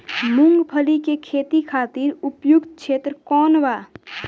मूँगफली के खेती खातिर उपयुक्त क्षेत्र कौन वा?